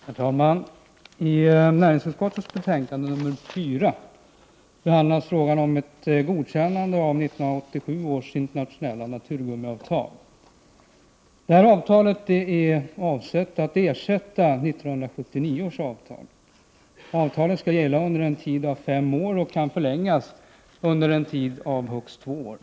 Herr talman! I näringsutskottets betänkande 4 behandlas frågan om ett godkännande av 1987 års internationella naturgummiavtal. Det är avsett att ersätta 1979 års naturgummiavtal. Avtalet skall gälla under en tid av fem år och kan förlängas för en tid av högst två år. Prot.